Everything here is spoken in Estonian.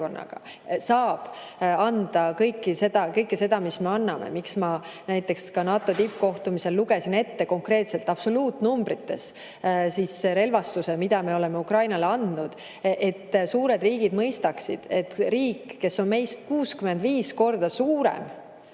saab anda kõike seda, mida me anname. [Põhjus,] miks ma näiteks NATO tippkohtumisel lugesin ette konkreetselt absoluutnumbrites relvastuse, mida me oleme Ukrainale andnud, [on see,] et suured riigid mõistaksid, et riik, mis on meist 65 korda suurem,